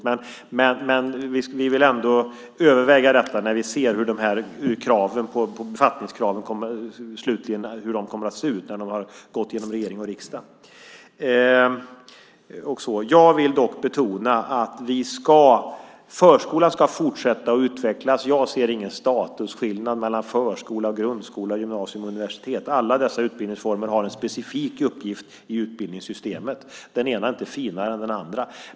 Men vi vill ändå överväga detta när vi ser hur befattningskraven slutligen kommer att se ut när de har gått genom regering och riksdag. Jag vill dock betona att förskolan ska fortsätta att utvecklas. Jag ser ingen statusskillnad mellan förskola, grundskola, gymnasieskola och universitet. Alla dessa utbildningsformer har en specifik uppgift i utbildningssystemet. Den ena är inte finare än den andra.